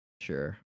Sure